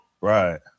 right